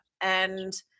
And-